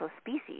species